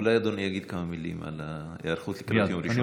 אולי אדוני יגיד כמה מילים על ההיערכות לקראת יום ראשון?